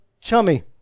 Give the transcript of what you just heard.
chummy